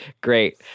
Great